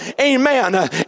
amen